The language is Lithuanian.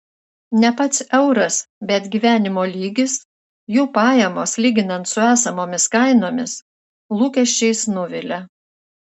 ne pats euras bet gyvenimo lygis jų pajamos lyginant su esamomis kainomis lūkesčiais nuvilia